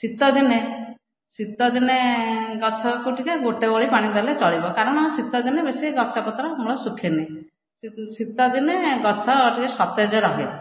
ଶୀତ ଦିନେ ଶୀତଦିନେ ଗଛକୁ ଟିକିଏ ଗୋଟିଏ ଓଳି ପାଣି ଦେଲେ ଚଳିବ କାରଣ ଶୀତଦିନେ ବେଶୀ ଗଛପତ୍ର ମୂଳ ଶୁଖେନାହିଁ ଶୀତଦିନେ ଟିକିଏ ଗଛ ସତେଜ ରହେ